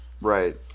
Right